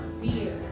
fear